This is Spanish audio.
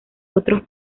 otros